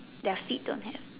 their seat don't have